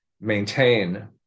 maintain